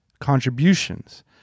contributions